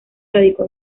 radicó